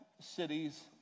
Cities